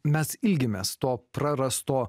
mes ilgimės to prarasto